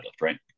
right